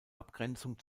abgrenzung